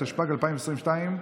התשפ"ג 2022,